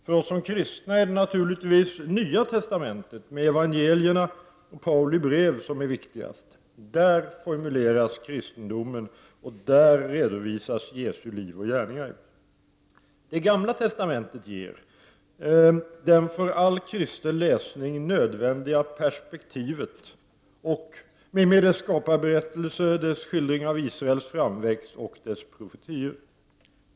För oss som kristna är naturligtvis Nya testamentet med evangelierna och Pauli brev viktigast, där formuleras kristendomen och där redovisas Jesu liv och gärningar. Gamla testamentet ger det för all kristen läsning nödvändiga perspektivet med dess skapelseberättelse, dess skildring av Israels framväxt och dess profetior.